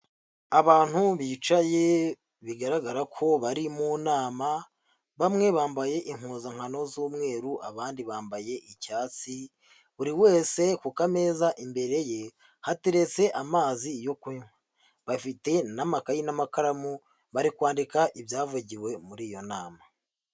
Abantu bicaye bigaragara ko bari mu nama, bamwe bambaye impuzankano z'umweru abandi bambaye icyatsi buri wese ku kameza imbere ye hateretse amazi yo kunywa, bafite n'amakayi n'amakaramu bari kwandika ibyavugiwe muri iyo nama.